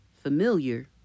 familiar